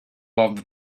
loved